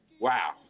Wow